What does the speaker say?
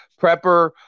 Prepper